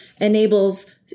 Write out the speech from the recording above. enables